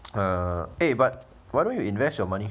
uh eh but why don't you invest your money